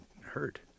hurt